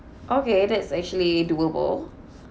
okay that's actually doable